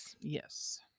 Yes